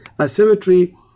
Asymmetry